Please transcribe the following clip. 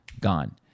gone